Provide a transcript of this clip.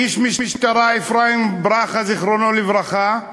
איש המשטרה אפרים ברכה, זיכרונו לברכה,